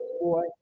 boy